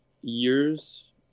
years